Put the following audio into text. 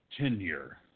tenure